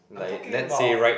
I'm talking about